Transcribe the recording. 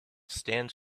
stands